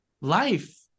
life